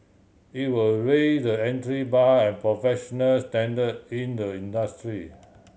it will raise the entry bar and professional standard in the industry